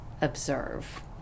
Observe